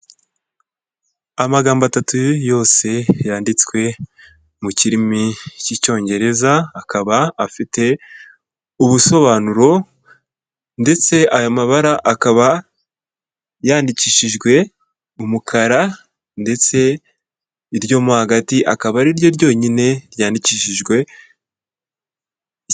Amagambo atatu yose yanditswe mu kirimi cy'icyongereza akaba afite ubusobanuro ndetse aya mabara akaba yandikishijwe umukara ndetse iryo mo hagati akaba ari ryo ryonyine ryandikishijwe.